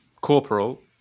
corporal